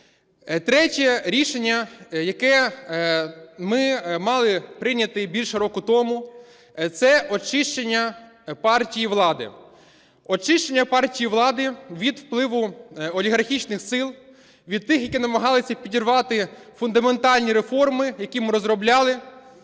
Третє рішення, яке ми мали прийняти більше року тому, – це очищення партії влади. Очищення партії влади від впливу олігархічних сил, від тих, які намагаються підірвати фундаментальні реформи, які ми розробляли